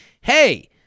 hey